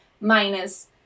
minus